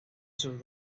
sus